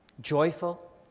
joyful